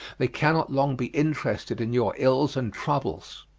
they cannot long be interested in your ills and troubles.